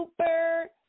super